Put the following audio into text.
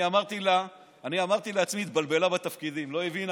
אני אמרתי לעצמי: היא התבלבלה בתפקידים, לא הבינה